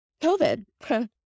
COVID